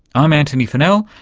i'm antony funnell,